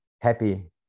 happy